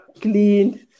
clean